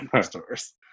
stores